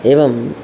एवं